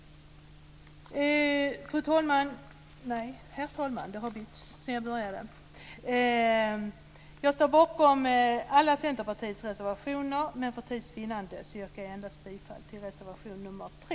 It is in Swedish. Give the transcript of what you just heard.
Herr talman! Jag står bakom alla Centerpartiets reservationer, men för tids vinnande yrkar jag bifall endast till reservation nr 3.